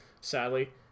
sadly